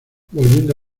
volviendo